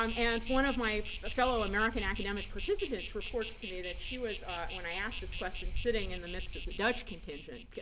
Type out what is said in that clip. um and one of my fellow american academic participants reports to me that she was when i asked this question sitting in the midst of the dutch contingent,